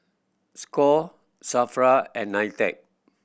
score SAFRA and NITEC